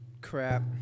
crap